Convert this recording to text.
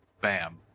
Bam